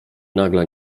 nagle